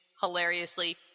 hilariously